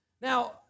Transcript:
Now